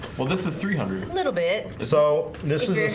well. this this three hundred a little bit so this is is